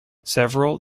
several